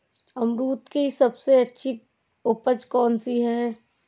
अमरूद की सबसे अच्छी उपज कौन सी है?